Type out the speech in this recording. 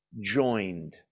joined